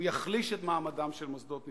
הוא יחליש את מעמדם של מוסדות נבחרים,